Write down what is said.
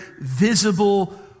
visible